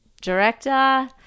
director